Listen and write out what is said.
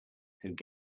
through